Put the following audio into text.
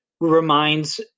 reminds